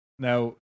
Now